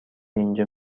اینجا